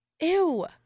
Ew